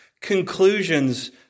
conclusions